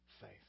faith